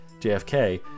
JFK